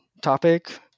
topic